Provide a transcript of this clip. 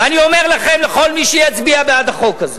ואני אומר לכם, לכל מי שיצביע בעד החוק הזה,